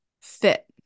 fit